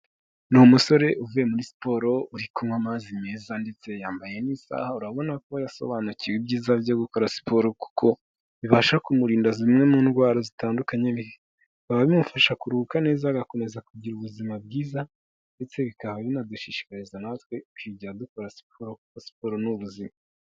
Ni umusore uvuye muri siporo uri kunywa amazi meza ndetse yambaye n'isaha, urabona ko yasobanukiwe ibyiza byo gukora siporo kuko bibasha kumurinda zimwe mu ndwara zitandukanye, bikaba bimufasha kuruhuka neza agakomeza kugira ubuzima bwiza ndetse bikaba binadushishikariza natwe, kujya dukora siporo kuko siporo n'ubuzima.